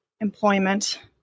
employment